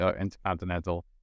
intercontinental